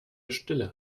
stille